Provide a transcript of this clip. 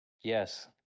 yes